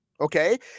okay